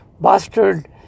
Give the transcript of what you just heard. bastard